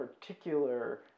particular